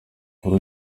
kuri